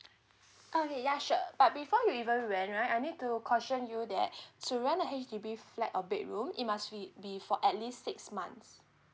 oh ya sure but before you even rent right I need to caution you that to rent a H_D_B flat or bedroom it must with be for at least six months